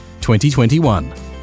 2021